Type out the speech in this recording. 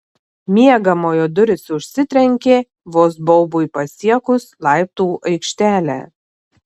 miegamojo durys užsitrenkė vos baubui pasiekus laiptų aikštelę